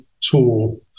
tool